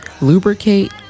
Lubricate